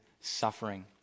suffering